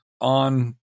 on